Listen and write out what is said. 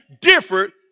different